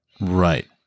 Right